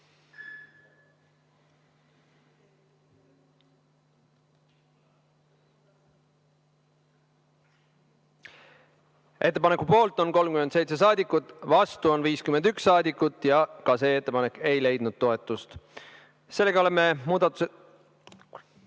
Ettepaneku poolt on 37 saadikut, vastu on 51 saadikut. Ka see ettepanek ei leidnud toetust. Sellega oleme muudatusettepanekud